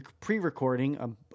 pre-recording